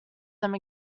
them